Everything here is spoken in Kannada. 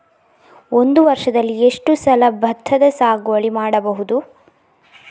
ಒಂದು ವರ್ಷದಲ್ಲಿ ಎಷ್ಟು ಸಲ ಭತ್ತದ ಸಾಗುವಳಿ ಮಾಡಬಹುದು?